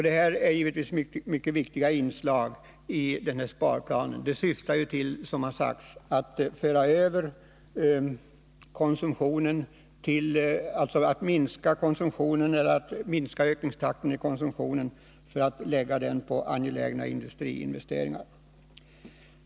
Det här är givetvis mycket viktiga inslag i sparplanen, vilka syftar, som har sagts, till att minska ökningstakten i konsumtionen för att man i stället skall kunna satsa mer på angelägna industriinvesteringar.